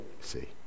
see